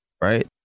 Right